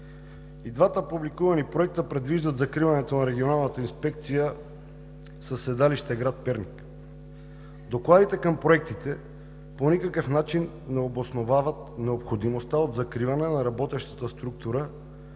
И двата публикувани проекта предвиждат закриването на регионалната инспекция със седалище в град Перник. Докладите към проектите по никакъв начин не обосновават необходимостта от закриване на работещата структура